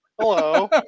Hello